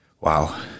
wow